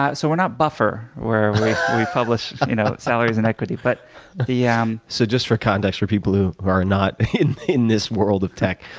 so we're not buffer, where we publish you know salaries and equity. but the yeah um so just for conducts for people who who are not in in this world of tech,